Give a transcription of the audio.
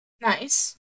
Nice